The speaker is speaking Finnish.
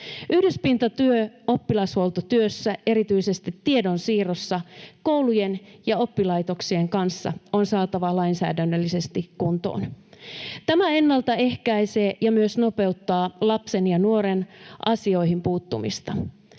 Yhdyspintatyö oppilashuoltotyössä, erityisesti tiedonsiirrossa koulujen ja oppilaitoksien kanssa, on saatava lainsäädännöllisesti kuntoon. Tämä ennaltaehkäisee ja myös nopeuttaa lapsen ja nuoren asioihin puuttumista.